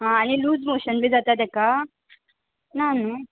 आं आनी loose motion बी जाता ताका ना न्हू